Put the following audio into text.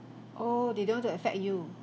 oh they don't want to affect you